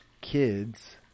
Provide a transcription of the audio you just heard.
kids